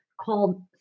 called